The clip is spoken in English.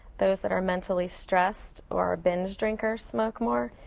those that are mentally stressed or are binge drinkers smoke more.